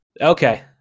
Okay